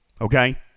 Okay